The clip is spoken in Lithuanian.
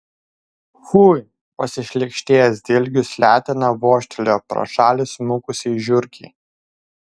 fui pasišlykštėjęs dilgius letena vožtelėjo pro šalį smukusiai žiurkei